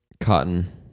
Cotton